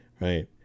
right